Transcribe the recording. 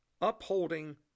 upholding